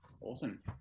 awesome